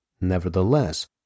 Nevertheless